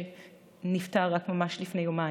שנפטר ממש לפני יומיים,